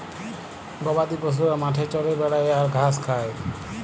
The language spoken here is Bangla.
গবাদি পশুরা মাঠে চরে বেড়ায় আর ঘাঁস খায়